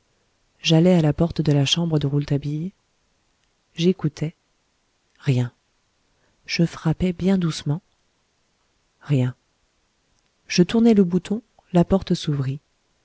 j'allai à la porte de la chambre de rouletabille j'écoutai rien je frappai bien doucement rien je tournai le bouton la porte s'ouvrit